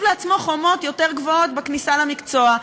לעצמו חומות יותר גבוהות בכניסה למקצוע,